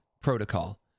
Protocol